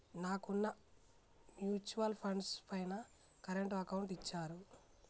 నాకున్న mutual funds పైన current account ఇచ్చారు